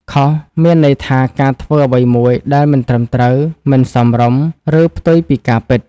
ខុស មានន័យថា ការធ្វើអ្វីមួយដែលមិនត្រឹមត្រូវ មិនសមរម្យ ឬផ្ទុយពីការពិត។